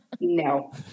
No